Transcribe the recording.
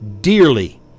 dearly